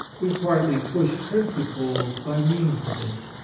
we partly push principles by means of it.